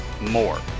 more